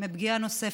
מפגיעה נוספת.